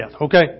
Okay